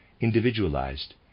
individualized